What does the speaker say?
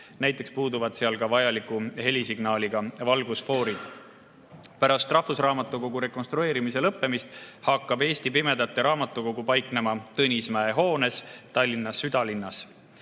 näiteks puuduvad seal vajaliku helisignaaliga valgusfoorid. Pärast Eesti Rahvusraamatukogu rekonstrueerimise lõppemist hakkab Eesti Pimedate Raamatukogu paiknema Tõnismäe hoones Tallinna südalinnas.